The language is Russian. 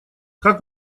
как